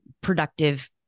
productive